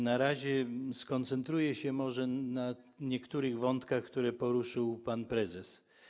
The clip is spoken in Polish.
Na razie skoncentruję się może na niektórych wątkach, które poruszył pan prezes.